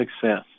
success